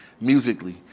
musically